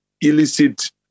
illicit